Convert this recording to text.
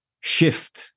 shift